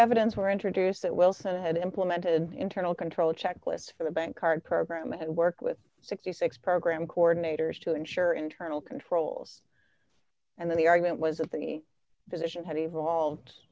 evidence were introduced that wilson had implemented internal control checklist for the bank card program at work with sixty six program coordinators to ensure internal controls and the argument was that the position had evolved